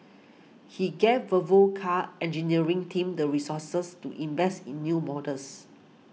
he gave Volvo Car's engineering team the resources to invest in new models